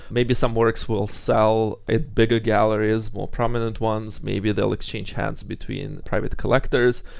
maybe some works will sell at bigger galleries, more prominent ones. maybe they'll exchange hands between private collectors,